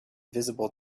visible